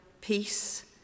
peace